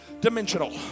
dimensional